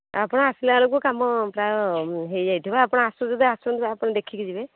ଆପଣ ଆସିଲା ବେଳକୁ କାମ ପୁରା ହୋଇଯାଇଥିବ ଆପଣ ଆସୁଛନ୍ତି ଯଦି ଆସନ୍ତୁ ଆପଣ ଦେଖିକି ଯିବେ